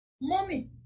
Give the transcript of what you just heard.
Mommy